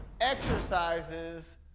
exercises